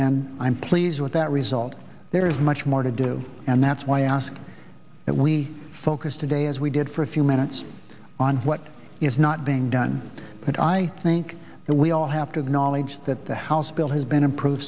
and i'm pleased with that result there is much more to do and that's why i ask that we focus today as we did for a few minutes on what is not being done but i think that we all have to acknowledge that the house bill has been improved